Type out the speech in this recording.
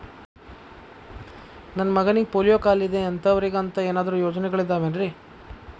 ನನ್ನ ಮಗನಿಗ ಪೋಲಿಯೋ ಕಾಲಿದೆ ಅಂತವರಿಗ ಅಂತ ಏನಾದರೂ ಯೋಜನೆಗಳಿದಾವೇನ್ರಿ?